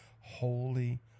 holy